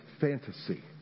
fantasy